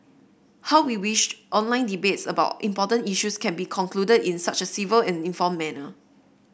how we wish online debates about important issues can be concluded in such a civil and informed manner